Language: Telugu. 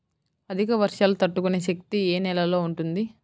అధిక వర్షాలు తట్టుకునే శక్తి ఏ నేలలో ఉంటుంది?